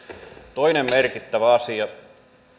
toinen merkittävä asia